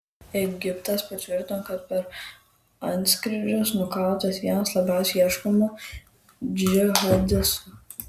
egiptas patvirtino kad per antskrydžius nukautas vienas labiausiai ieškomų džihadistų